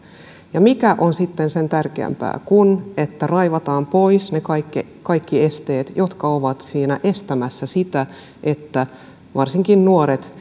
ja mikä on sitten sen tärkeämpää kuin että raivataan pois ne kaikki kaikki esteet jotka ovat estämässä sitä että varsinkin nuoret